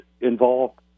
involved